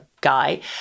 guy